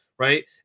Right